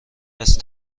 است